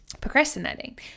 procrastinating